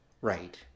Right